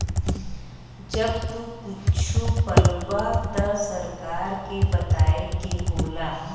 जब तू कुच्छो पलबा त सरकार के बताए के होला